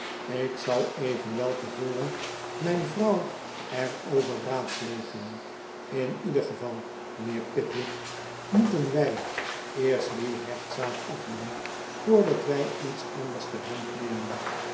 ik zal evenwel tevoren mijn vrouw er over raadplegen in ieder geval mynheer pickwick moeten wij eerst die rechtszaak afdoen voordat wij iets anders ter hand nemen